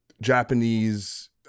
Japanese